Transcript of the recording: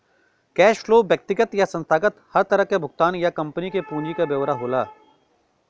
cash flow व्यक्तिगत या संस्थागत हर तरह क भुगतान या कम्पनी क पूंजी क ब्यौरा होला